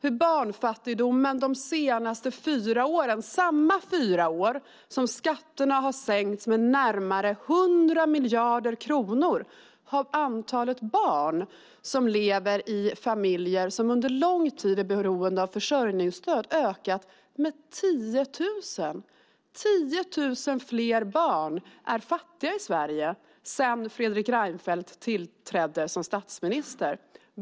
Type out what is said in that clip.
Under de senaste fyra åren - det är samma fyra år som skatterna har sänkts med närmare 100 miljarder kronor - har antalet barn som lever i familjer som under lång tid är beroende av försörjningsstöd ökat med 10 000. 10 000 fler barn är fattiga i Sverige sedan Fredrik Reinfeldt tillrädde som statsminister.